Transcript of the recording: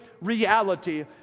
reality